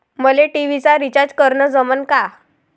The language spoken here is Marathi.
मले टी.व्ही चा रिचार्ज करन जमन का?